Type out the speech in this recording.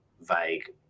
vague